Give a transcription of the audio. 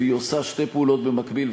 והיא עושה שתי פעולות במקביל,